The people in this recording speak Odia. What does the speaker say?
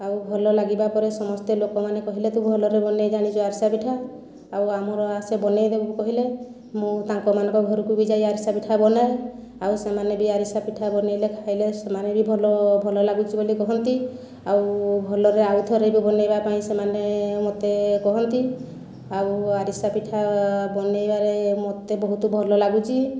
ଆଉ ଭଲ ଲାଗିବା ପରେ ସମସ୍ତେ ଲୋକ ମାନେ କହିଲେ ତୁ ଭଲରେ ବନେଇ ଜାଣିଛୁ ଆରିସା ପିଠା ଆଉ ଆମର ଆସେ ବନେଇ ଦେବୁ କହିଲେ ମୁଁ ତାଙ୍କ ମାନଙ୍କ ଘରକୁ ଯାଇ ଆରିସା ପିଠା ବନାଏ ଆଉ ସେମାନେ ବି ଆରିସା ପିଠା ବନାଇଲେ ଖାଇଲେ ସେମାନେ ବି ଭଲ ଲାଗୁଛି ବୋଲି କହନ୍ତି ଆଉ ଭଲରେ ଆଉ ଥରେ ବି ବନେଇବା ପାଇଁ ସେମାନେ ମୋତେ କୁହନ୍ତି ଆଉ ଆରିସା ପିଠା ବନେଇବାରେ ମୋତେ ବହୁତ ଭଲ ଲାଗୁଛି